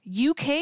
UK